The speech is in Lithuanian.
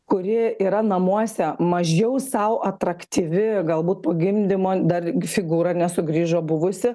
kuri yra namuose mažiau sau atraktyvi galbūt po gimdymo dar figūra nesugrįžo buvusi